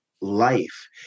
life